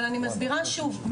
אבל אני מסבירה שוב,